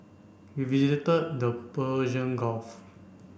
we visited the Persian Gulf